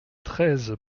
treize